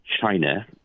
China